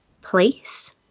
place